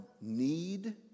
need